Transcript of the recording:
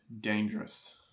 dangerous